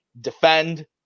defend